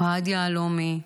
אוהד יהלומי,